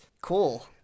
cool